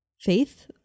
Faith